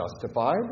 justified